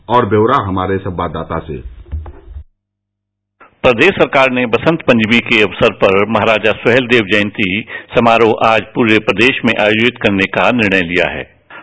और ब्यौरा हमारे संवाददाता सेः प्रदेश सरकार ने बसंत पंचमी के अवसर पर महाराजा सुहेलदेव जयंती समारोह आज पूरे प्रदेश में आयोजित करने का निर्णय लिया है है